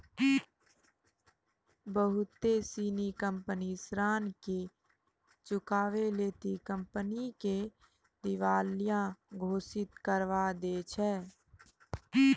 बहुते सिनी कंपनी ऋण नै चुकाबै लेली कंपनी के दिबालिया घोषित करबाय दै छै